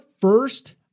first